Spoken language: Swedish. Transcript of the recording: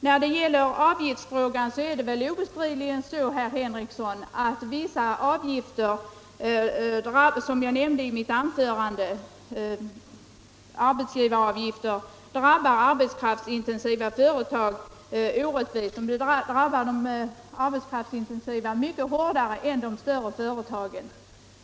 Vad beträffar avgifterna är det väl obestridligt, herr Henrikson, att vissa arbetsgivaravgifter drabbar mycket orättvist. De drabbar arbetskraftsintensiva företag mycket hårdare än andra.